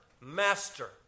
master